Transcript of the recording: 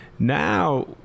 now